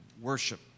worship